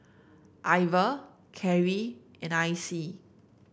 Iver Carri and Icey